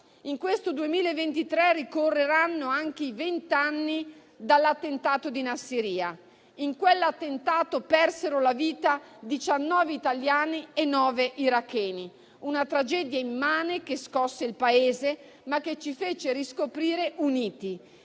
In questo 2023 ricorreranno anche i venti anni dall'attentato di Nassiriya. In quell'attentato persero la vita 19 italiani e nove iracheni: una tragedia immane, che scosse il Paese, ma che ci fece riscoprire uniti.